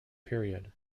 period